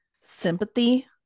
sympathy